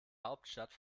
hauptstadt